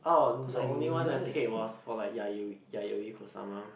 oh the only one I paid was for like Yayo~ Yayoi-Kusama